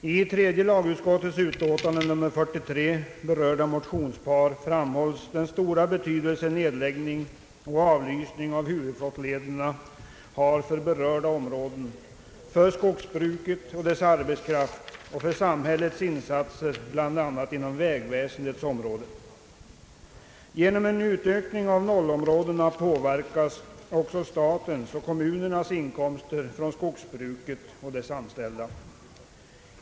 Herr talman! I det motionspar som behandlas i tredje lagutskottets utlåtande nr 43 framhålls den stora betydelse nedläggning och avlysning av flottlederna har i berörda områden för skogsbruket och dess arbetskraft och för samhällets insatser, bl.a. inom vägväsendet. Genom en utökning av nollområdena påverkas också statens och kommunernas inkomster från skogsbruket och dess anställda.